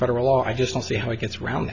federal law i just don't see how it gets round